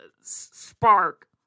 spark